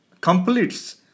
completes